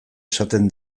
esaten